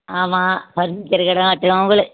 ஆமாம் ஃபர்னிச்சரு கடை தான் வச்சுருக்கோம் உங்களு